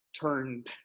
turned